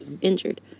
injured